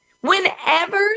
Whenever